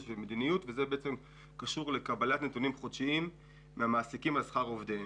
והמדיניות וזה קשור לקבלת נתונים חודשיים מהמעסיקים על שכר עובדיהם.